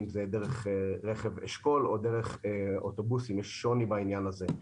אם זה דרך רכב אשכול או דרך אוטובוסים יש שוני בעניין הזה.